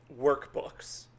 workbooks